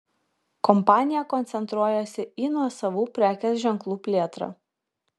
kompanija koncentruojasi į nuosavų prekės ženklų plėtrą